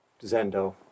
Zendo